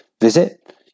visit